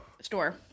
store